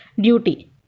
duty